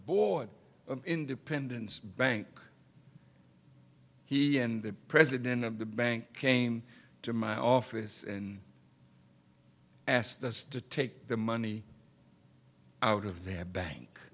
board of independence bank he and the president of the bank came to my office and asked us to take the money out of their bank